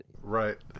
Right